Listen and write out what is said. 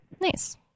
Nice